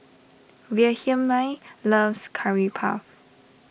Wilhelmine loves Curry Puff